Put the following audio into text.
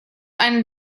eine